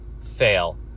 fail